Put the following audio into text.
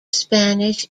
spanish